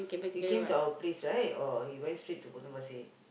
he came to our place right or he went straight to Potong-Pasir